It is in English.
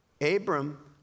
Abram